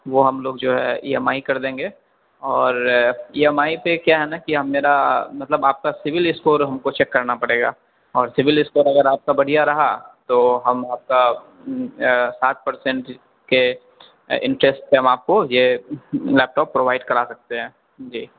وہ ہم لوگ جو ہے ای ایم آئی کر دیں گے اور ای ایم آئی پہ کیا ہے نا کہ ہم میرا مطلب آپ کا سول اسکور ہم کو چیک کرنا پڑے گا اور سول اسکور اگر آپ کا بڑھیا رہا تو ہم آپ کا سات پرسینٹ کے انٹریسٹ پہ ہم آپ کو یہ لیپ ٹاپ پرووائڈ کرا سکتے ہیں جی